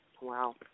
Wow